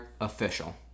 official